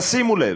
שימו לב,